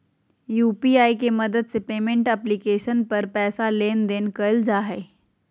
UPI के मदद से पेमेंट एप्लीकेशन पर पैसा लेन देन कइल जा हइ